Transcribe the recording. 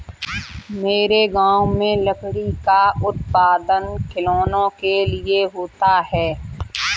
मेरे गांव में लकड़ी का उत्पादन खिलौनों के लिए होता है